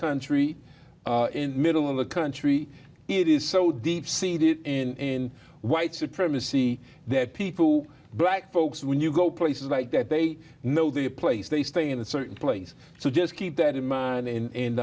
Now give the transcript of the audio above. country in the middle of the country it is so deep seated in white supremacy that people black folks when you go places like that they know the place they stay in a certain place so just keep that in mind